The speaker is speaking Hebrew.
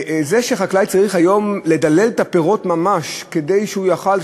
זה שחקלאי צריך היום לדלל את הפירות ממש כדי שהוא יוכל,